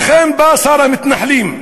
לכן בא שר המתנחלים,